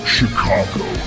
Chicago